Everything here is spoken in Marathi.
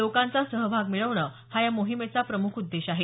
लोकांचा सहभाग मिळवणं हा या मोहिमेचा प्रमुख उद्देश आहे